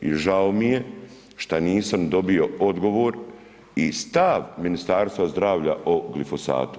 I žao mi je šta nisam dobio odgovor i stav Ministarstva zdravlja o glifosatu.